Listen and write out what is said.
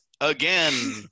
again